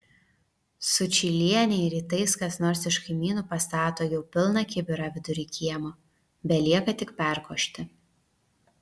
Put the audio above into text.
sučylienei rytais kas nors iš kaimynų pastato jau pilną kibirą vidury kiemo belieka tik perkošti